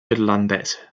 irlandese